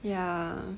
ya